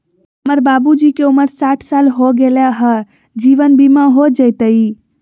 हमर बाबूजी के उमर साठ साल हो गैलई ह, जीवन बीमा हो जैतई?